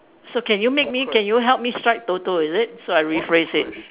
so can you make me can you help me strike Toto is it so I rephrase it